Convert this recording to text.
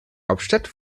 hauptstadt